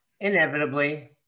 inevitably